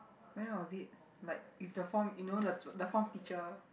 when was it like with the form you know the the form teacher